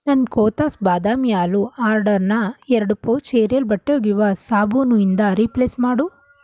ನನ್ನ ಕೋತಾಸ್ ಬಾದಾಮಿ ಹಾಲು ಆರ್ಡರಿನ ಎರಡು ಪೌಚ್ ಏರಿಯಲ್ ಬಟ್ಟೆ ಒಗೆಯುವ ಸಾಬೂನು ಇಂದ ರಿಪ್ಲೇಸ್ ಮಾಡು